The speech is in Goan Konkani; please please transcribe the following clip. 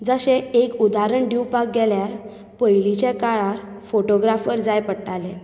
जशें एक उदारण दिवपाक गेल्यार पयलींच्या काळार फोटोग्राफर जाय पडटाले